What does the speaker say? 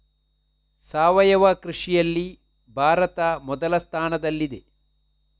ಸಾವಯವ ಕೃಷಿಯಲ್ಲಿ ಭಾರತ ಮೊದಲ ಸ್ಥಾನದಲ್ಲಿದೆ